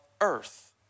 earth